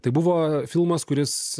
tai buvo filmas kuris